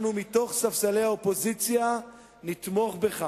אנחנו, מתוך ספסלי האופוזיציה נתמוך בך.